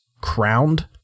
crowned